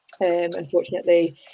unfortunately